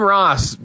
Ross